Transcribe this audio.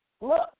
Look